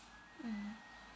mm